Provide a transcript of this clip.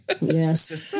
yes